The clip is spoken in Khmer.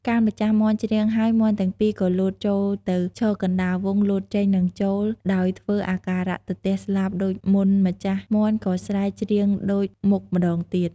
កាលម្ចាស់មាន់ច្រៀងហើយ មាន់ទាំងពីរក៏លោតចូលទៅឈរកណ្តាលវង់ លោតចេញ និងចូល ដោយធ្វើអាការៈទទះស្លាបដូចមុន ម្ចាស់ មាន់ក៏ស្រែក ច្រៀងដូចមុខម្តងទៀត ។